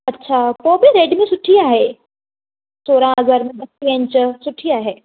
अच्छा पोइ बि रेडमी सुठी आहे सौरहं हज़ार में ॿटींह इंच सुठी आहे